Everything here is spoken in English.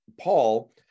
Paul